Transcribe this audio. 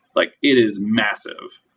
like it is massive.